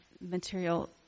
material